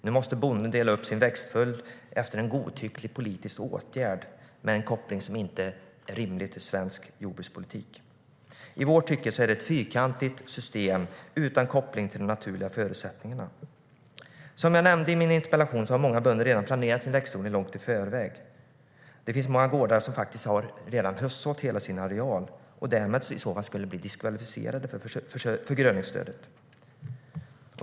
Nu måste bonden dela upp sin växtföljd efter en godtycklig politisk åtgärd med en koppling till svensk jordbrukspolitik som inte är rimlig. I vårt tycke är det ett fyrkantigt system utan koppling till de naturliga förutsättningarna. Som jag nämnde i min interpellation har många bönder planerat sin växtodling långt i förväg. Det finns många gårdar som redan har höstsått hela sin areal. Därmed skulle de bli diskvalificerade för förgröningsstödet.